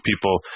people